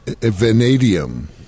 Vanadium